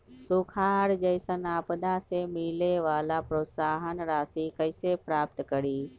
सुखार जैसन आपदा से मिले वाला प्रोत्साहन राशि कईसे प्राप्त करी?